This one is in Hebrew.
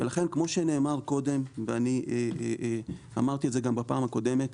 לכן גם כמו שנאמר קודם ואני גם אמרתי את זה בפעם הקודמת,